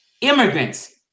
Immigrants